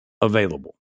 available